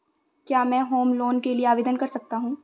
क्या मैं home loan के लिए आवेदन कर सकता हूं?